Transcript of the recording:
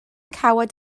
cawod